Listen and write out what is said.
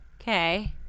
Okay